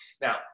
Now